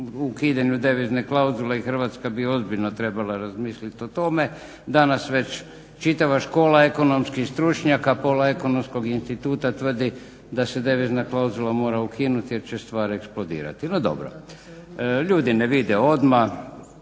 ukidanju devizne klauzule i Hrvatska bi ozbiljno trebala razmisliti o tome. Danas već čitava škola ekonomskih stručnjaka pola Ekonomskog instituta tvrdi da se devizna klauzula mora ukinuti jer će stvar eksplodirati. No dobro. Ljudi ne vide odmah,